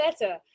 better